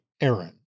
Aaron